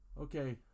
okay